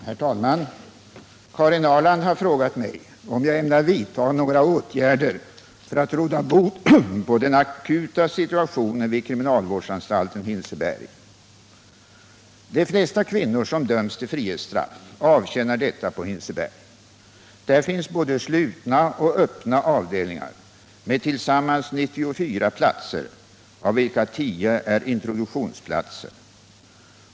Herr talman! Karin Ahrland har frågat mig om jag ämnar vidta några åtgärder för att råda bot på den akuta situationen vid kriminalvårdsanstalten Hinseberg. De flesta kvinnor som döms till frihetsstraff avtjänar detta på Hinseberg. Där finns både slutna och öppna avdelningar med tillsammans 94 platser av vilka 10 är introduktionsplatser.